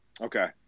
Okay